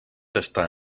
está